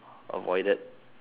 avoided